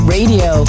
Radio